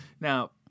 Now